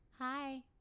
Hi